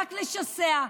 רק לשסע,